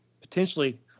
potentially